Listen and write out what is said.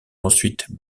ensuite